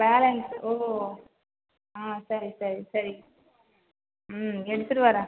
balance ஓ சரி சரி சரி ம் எடுத்துகிட்டு வரேன்